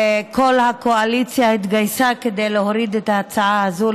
וכל הקואליציה התגייסה כדי להוריד את ההצעה הזאת,